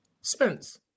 Spence